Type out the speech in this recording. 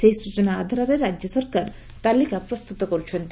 ସେହି ସୂଚନା ଆଧାରରେ ରାକ୍ୟ ସରକାର ତାଲିକା ପ୍ରସ୍ତୁତ କରୁଛନ୍ତି